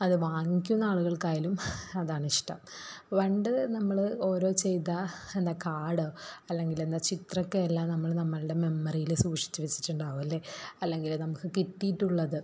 അത് വാങ്ങിക്കുന്ന ആളുകൾക്കായാലും അതാണിഷ്ടം പണ്ടു നമ്മൾ ഓരോ ചെയ്ത എന്താ കാർഡ് അല്ലെങ്കിലെന്താ ചിത്രം ഒക്കെ എല്ലാം നമ്മൾ നമ്മളുടെ മെമ്മറിയിൽ സൂക്ഷിച്ചു വെച്ചിട്ടുണ്ടാകും അല്ലേ അല്ലെങ്കിൽ നമുക്ക് കിട്ടിയിട്ടുള്ളത്